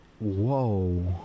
Whoa